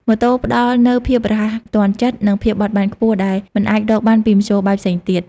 ម៉ូតូផ្តល់នូវភាពរហ័សទាន់ចិត្ត និងភាពបត់បែនខ្ពស់ ដែលមិនអាចរកបានពីមធ្យោបាយផ្សេងទៀត។